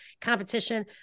competition